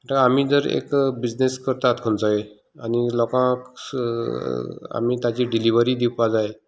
आमी जर एक बिजनेस करतात खंयचोय आनी लोकांक आमी ताची डिलीवरी दिवपा जाय